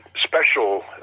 special